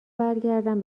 برگردم